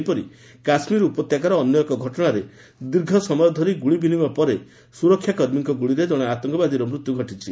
ସେହିପରି କାଶ୍ମୀର ଉପତ୍ୟକାର ଅନ୍ୟ ଏକ ଘଟଣାରେ ଦୀର୍ଘ ସମୟ ଧରି ଗୁଳି ବିନିମୟ ପରେ ସୁରକ୍ଷା କର୍ମୀଙ୍କ ଗୁଳିରେ ଜଣେ ଆତଙ୍କବାଦୀର ମୃତ୍ୟୁ ଘଟିଛି